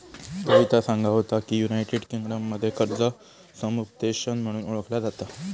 कविता सांगा होता की, युनायटेड किंगडममध्ये कर्ज समुपदेशन म्हणून ओळखला जाता